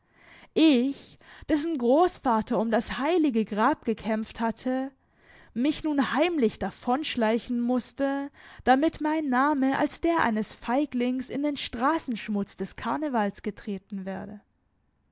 ich dessen großvater um das heilige grab gekämpft hatte mich nun heimlich davon schleichen mußte damit mein name als der eines feiglings in den straßenschmutz des karnevals getreten werde